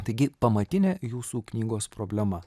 taigi pamatinė jūsų knygos problema